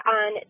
on